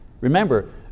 Remember